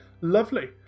lovely